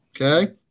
Okay